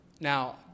Now